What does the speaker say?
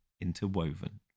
interwoven